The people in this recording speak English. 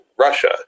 Russia